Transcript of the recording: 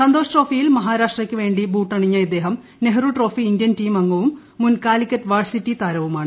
സന്തോഷ് ട്രോഫിയിൽ മഹാരാഷ്ട്രയ്ക്കു വേണ്ടി ബൂട്ടണിഞ്ഞ ഇദ്ദേഹം നെഹ്റു ക്ട്രോഫി ഇന്ത്യൻ ടീം അംഗവും മുൻ കാലിക്കറ്റ് വാഴ്സിറ്റി താരവുമാണ്